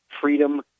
freedom